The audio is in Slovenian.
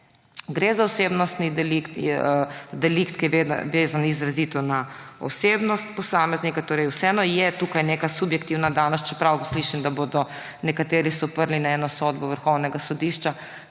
Gre za osebnosti delikt, delikt, ki je vezan izrazito na osebnost posameznika, torej vseeno je tukaj neka subjektivna danost, čeprav slišim, da se bodo nekateri oprli na eno sodbo Vrhovnega sodišča,